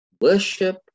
worship